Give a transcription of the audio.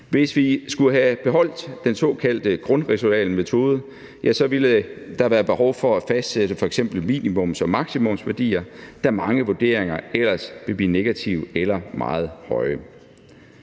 Hvis vi skulle have beholdt den såkaldte grundresidualmetode, ja, så ville der have været behov for at fastsætte f.eks. minimums- og maksimumsværdier, da mange vurderinger ellers ville blive negative eller meget høje.